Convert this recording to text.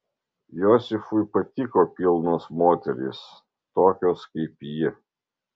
josifui patiko pilnos moterys tokios kaip ji